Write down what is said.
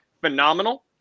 phenomenal